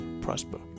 prosper